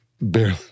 Barely